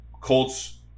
Colts